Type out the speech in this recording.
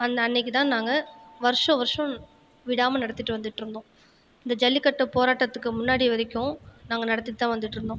அந்த அன்னைக்கு தான் நாங்கள் வருஷா வருஷம் விடாமல் நடத்திட்டு வந்திட்டு இருந்தோம் இந்த ஜல்லிக்கட்டு போராட்டத்துக்கு முன்னாடி வரைக்கும் நாங்கள் நடத்திட்டு தான் வந்துட்டு இருந்தோம்